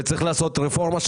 וצריך לעשות שם רפורמה,